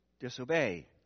Disobey